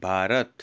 Bharat